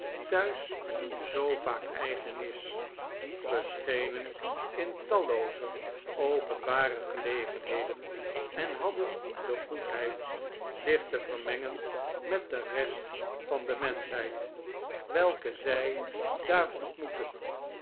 thuis zoo vaak eigen is verschenen in tallooze openbare gelegenheden en hadden de goedheid zich te vermengen met de rest van de menschheid welke zij daar ontmoetten